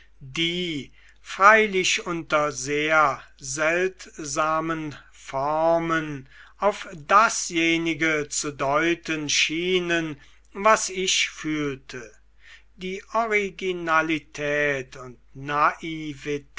die freilich unter sehr seltsamen formen auf dasjenige zu deuten schienen was ich fühlte die originalität und